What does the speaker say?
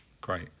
great